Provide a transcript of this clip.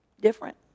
Different